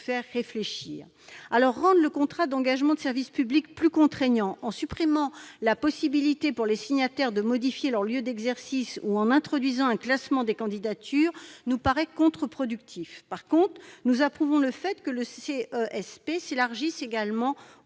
faire réfléchir. Rendre le contrat d'engagement de service public plus contraignant, en supprimant la possibilité pour les signataires de modifier leur lieu d'exercice ou en introduisant un classement des candidatures, nous paraît contre-productif. En revanche, nous approuvons le fait que le CESP soit élargi aux